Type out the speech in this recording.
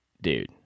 Dude